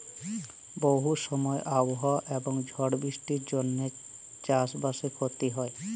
বহু সময় আবহাওয়া এবং ঝড় বৃষ্টির জনহে চাস বাসে ক্ষতি হয়